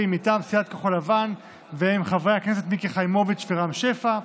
והם חברי הכנסת מיקי חיימוביץ' ורם שפע.